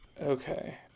Okay